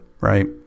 right